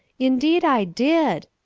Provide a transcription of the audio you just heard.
indeed i did.